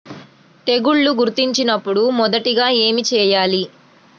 తెగుళ్లు గుర్తించినపుడు మొదటిగా ఏమి చేయాలి?